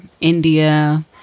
India